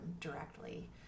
directly